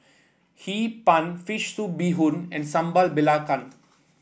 Hee Pan fish soup Bee Hoon and Sambal Belacan